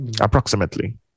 approximately